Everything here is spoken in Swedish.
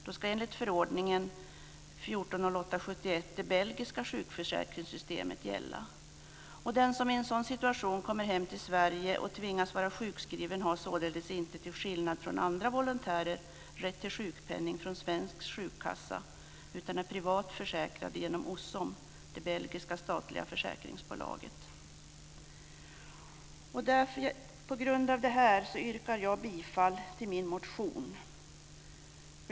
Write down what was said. Då ska enligt förordningen Den som i en sådan situation kommer hem till Sverige och tvingas vara sjukskriven har således inte, till skillnad från andra volontärer, rätt till sjukpenning från svensk sjukkassa utan är privat försäkrad genom På grund av detta yrkar jag bifall till min motion.